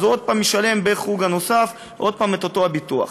אז הוא עוד פעם משלם בחוג הנוסף את אותו הביטוח.